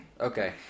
Okay